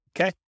Okay